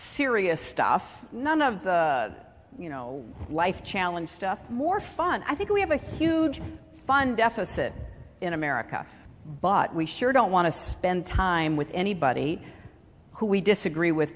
serious stuff none of the you know life challenge stuff more fun i think we have a huge fund deficit in america but we sure don't want to spend time with anybody who we disagree with